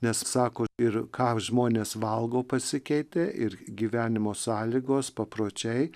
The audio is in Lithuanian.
nes sako ir ką žmonės valgo pasikeitė ir gyvenimo sąlygos papročiai